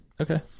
Okay